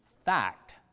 fact